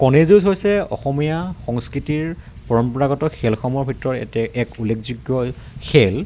কণী যুঁজ হৈছে অসমীয়া সংস্কৃতিৰ পৰম্পৰাগত খেলসমূহৰ ভিতৰত এক উল্লেখযোগ্য খেল